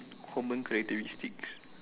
common characteristics